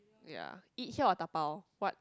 ya eat here or dabao what